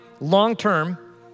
long-term